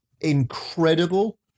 incredible